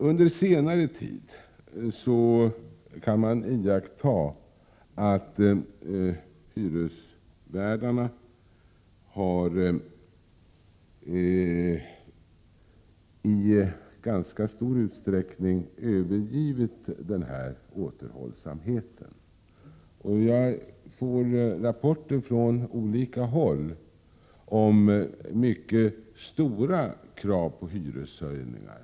Under senare tid har man kunnat iaktta att hyresvärdarna i ganska stor utsträckning har övergivit denna återhållsamhet. Jag får från olika håll rapporter om mycket stora krav på hyreshöjningar.